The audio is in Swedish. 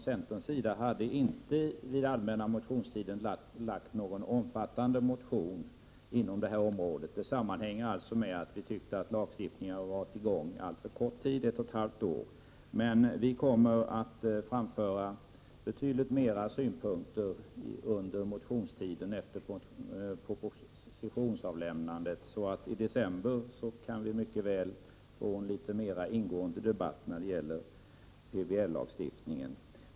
Centern väckte under den allmänna motionstiden inte någon omfattande motion när det gäller detta område. Det sammanhängde med att vi ansåg att den nya lagstiftningen hade varit i kraft alltför kort tid, ett och ett halvt år. Men vi från centern kommer att framföra betydligt fler synpunkter under motionstiden efter propositionsavlämnandet. I december kan vi därför mycket väl få en litet mer ingående debatt när det gäller PBL-lagstiftningen.